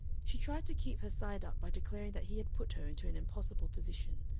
she tried to keep her side up by declaring that he had put her into an impossible position,